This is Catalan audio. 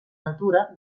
natura